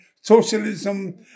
socialism